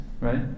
right